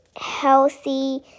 healthy